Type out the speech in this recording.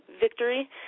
victory